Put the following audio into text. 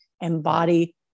embody